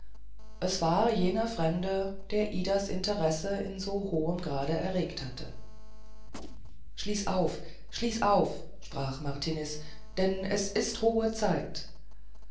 es war jener fremde der idas interesse in so hohem grade erregt hatte schließ auf schließ auf sprach martiniz denn es ist hohe zeit